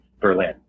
Berlin